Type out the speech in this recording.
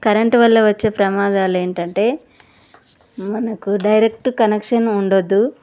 current వల్ల వచ్చే ప్రమాదాలు ఏంటంటే మనకు డైరెక్ట్ కనెక్షన్ ఉండదు